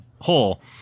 hole